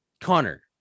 Connor